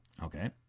Okay